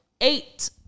Eight